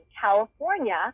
California